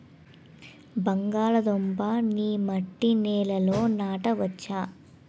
బంగాళదుంప నీ మట్టి నేలల్లో నాట వచ్చా?